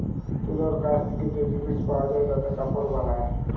তুলর গাছ থেক্যে যে জিলিস পাওয়া যায় তাতে কাপড় বালায়